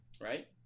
right